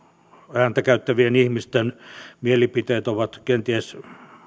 ääntä käyttävien ihmisten mielipiteet ovat kenties